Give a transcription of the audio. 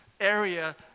area